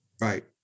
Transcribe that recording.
right